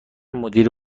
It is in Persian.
مدیر